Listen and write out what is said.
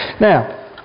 Now